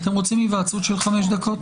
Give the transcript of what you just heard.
אתם רוצים היוועצות של 5 דקות?